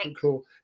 cool